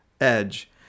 edge